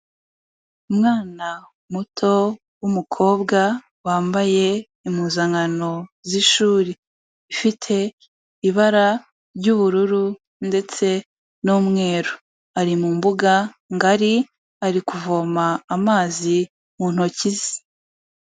Umwana muto w'umukobwa wambaye impuzankano z'ishuri, ifite ibara ry'ubururu ndetse n'umweru ari mu mbuga ngari ari kuvoma amazi mu ntoki ze.